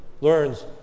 learns